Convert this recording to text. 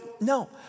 no